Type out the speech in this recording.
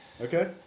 Okay